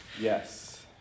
Yes